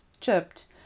chipped